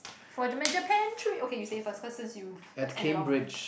for Japan my Japan trip okay you say first cause since you've ended all